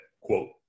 quote